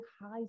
high